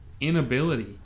inability